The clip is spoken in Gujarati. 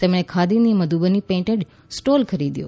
તેમણે ખાદીની મધુબની પેઇન્ટેડ સ્ટોલ ખરીદ્યો